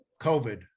COVID